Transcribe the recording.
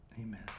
amen